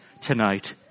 tonight